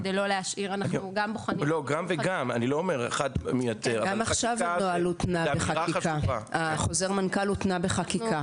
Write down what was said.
אני לא אומר שאחד מייתר --- גם עכשיו חוזר מנכ"ל הותנה בחקיקה.